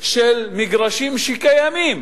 של מגרשים קיימים